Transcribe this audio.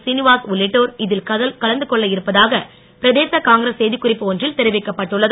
சீனிவாஸ் உள்ளிட்டோர் இதில் கலந்துகொள்ள இருப்பதாக பிரதேச காங்கிரஸ் செய்தி குறிப்பு ஒன்றில் தெரிவிக்கப்பட்டுள்ளது